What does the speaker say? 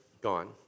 gone